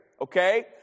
Okay